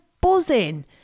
buzzing